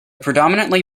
predominantly